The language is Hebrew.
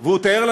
הוא צייר לנו